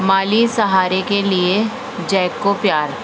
مالی سہارے کے لیے جیک کو پیار